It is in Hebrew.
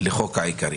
לחוק העיקרי.